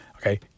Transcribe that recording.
Okay